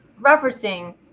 referencing